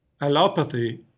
allopathy